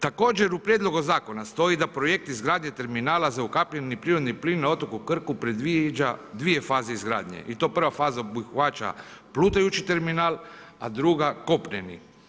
Također u prijedlogu zakona stoji da projekt izgradnje terminala za ukapljeni prirodni plin na otoku Krku predviđa dvije faze izgradnje i to prva faza obuhvaća plutajući terminal, a druga kopneni.